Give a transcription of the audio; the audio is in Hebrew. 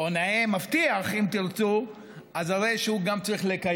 או נאה מבטיח, אם תרצו, אז הרי הוא גם צריך לקיים.